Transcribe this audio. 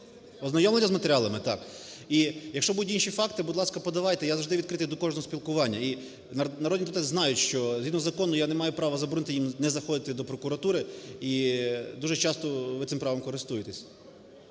Ознайомилися з матеріалами, так. І якщо будуть інші факти, будь ласка, подавайте я завжди відкритий до кожного спілкування. І народні депутати знають, що згідно закону я не маю права заборонити їм не заходити до прокуратури, і дуже часто ви цим правом користуєтесь.